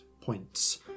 points